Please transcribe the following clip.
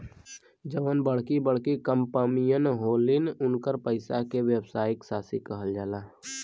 जउन बड़की बड़की कंपमीअन होलिन, उन्कर पइसा के व्यवसायी साशी कहल जाला